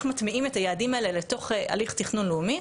מטמיעים את היעדים האלה לתוך הליך תכנון לאומי,